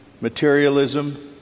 materialism